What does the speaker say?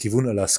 לכיוון אלסקה.